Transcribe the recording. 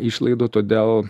išlaidų todėl